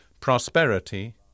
prosperity